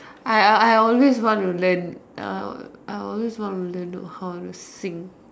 I I I always want to learn I uh I always want to learn to how to sing